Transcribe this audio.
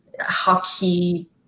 Hockey